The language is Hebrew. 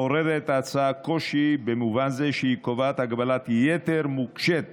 מעוררת ההצעה קושי במובן זה שהיא קובעת הגבלת יתר מוקשית